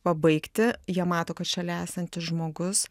pabaigti jie mato kad šalia esantis žmogus